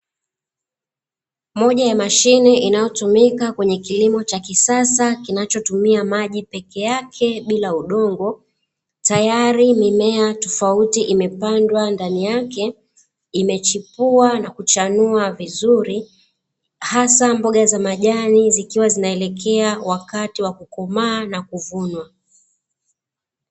Moja ya mashine inayotumika kwenye kilimo cha kisasa kinachotumia maji peke ake bila udongo. Tayari mimea tofauti imepandwa ndani yake, imechipua na kuchanua vizuri hasa mboga za majani, zikiwa zinaelekea wakati wa kukomaa na kuvunwa.